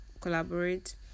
collaborate